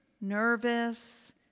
nervous